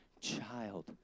child